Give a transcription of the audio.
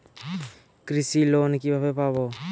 কৃষি লোন কিভাবে পাব?